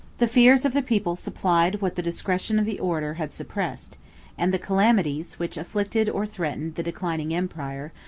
the fears of the people supplied what the discretion of the orator had suppressed and the calamities, which afflicted, or threatened, the declining empire,